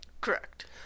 Correct